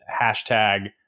hashtag